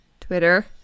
twitter